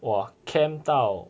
!wah! camp 到